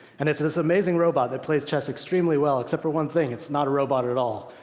and it's this amazing robot that plays chess extremely well, except for one thing it's not a robot at all.